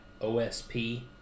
OSP